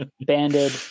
banded